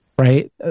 right